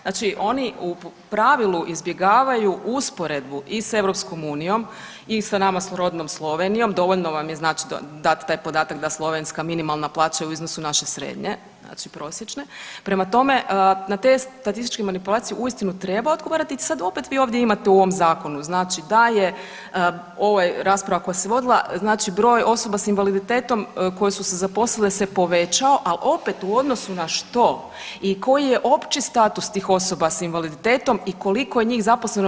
Znači oni u pravilu izbjegavaju usporedbu i s EU i sa nama srodnom Slovenijom, dovoljno vam je dat taj podatak da slovenska minimalna plaća u iznosu naše srednje prosječne, prema tome na te statističke manipulacije uistinu treba odgovarati i sad opet vi ovdje imate u ovom zakonu da je ova rasprava koja se vodila broj osoba s s invaliditetom koje su se zaposlile se povećao, ali opet u odnosu na što i koji je opći status tih osoba s invaliditetom i koliko je njih zaposleno.